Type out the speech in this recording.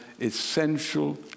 essential